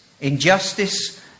injustice